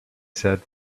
said